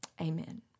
Amen